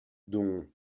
dont